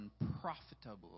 unprofitable